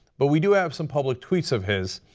but we do have some public tweets of his.